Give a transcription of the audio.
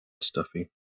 stuffy